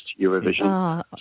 Eurovision